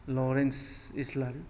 Lawrence Islary